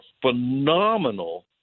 phenomenal